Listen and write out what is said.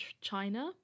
China